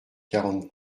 quarante